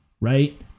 Right